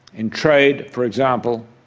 in trade, for example,